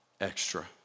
extra